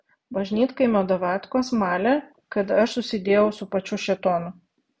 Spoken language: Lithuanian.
bažnytkaimio davatkos malė kad aš susidėjau su pačiu šėtonu